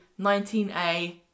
19A